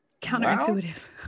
Counterintuitive